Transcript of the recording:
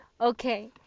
okay